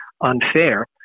unfair